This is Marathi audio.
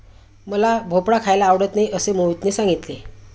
मला भोपळा खायला आवडत नाही असे मोहितने सांगितले